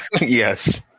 Yes